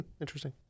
Interesting